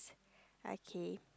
okay